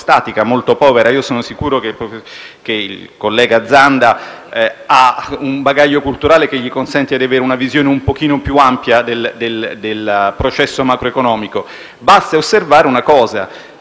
molto povera. Sono sicuro che il collega Zanda abbia un bagaglio culturale che gli consente di avere una visione un pochino più ampia del processo macroeconomico. Basti osservare una cosa,